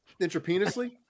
Intravenously